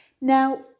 Now